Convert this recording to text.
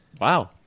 Wow